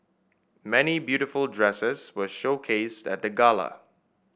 many beautiful dresses were showcased at the gala